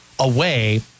away